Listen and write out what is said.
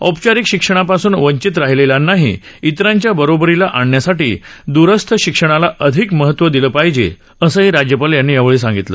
औपचारिक शिक्षणापासून वंचित राहिलेल्यांनाही इतरांच्या बरोबरीला आणण्यासाठी दुरस्थ शिक्षणाला अधिक महत्त्व दिलं पाहिजे असं राज्यपालांनी सांगितलं